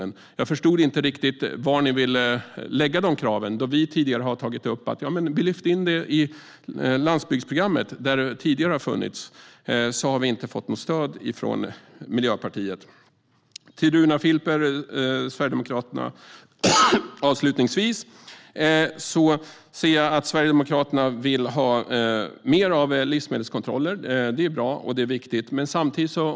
Men jag förstod inte riktigt var ni ville lägga de kraven. När vi tidigare har tagit upp att vi vill lyfta in det i landsbygdsprogrammet, där det tidigare har funnits, har vi inte fått något stöd från Miljöpartiet. Till Runar Filper från Sverigedemokraterna vill jag säga att jag ser att Sverigedemokraterna vill ha mer av livsmedelskontroller. Det är bra och viktigt.